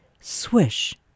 swish